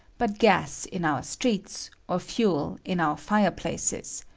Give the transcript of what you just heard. but gas in our streets, or fuel in our fireplaces,